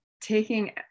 taking